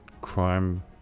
crime